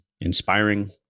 inspiring